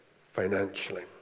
financially